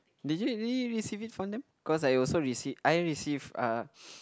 did you really receive it from them cause I also received I received uh